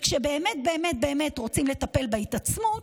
וכשבאמת באמת באמת רוצים לטפל בהתעצמות,